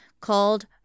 called